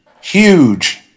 huge